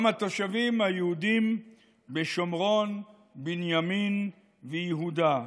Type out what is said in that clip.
גם התושבים היהודים בשומרון, בנימין ויהודה.